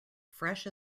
fresh